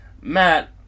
Matt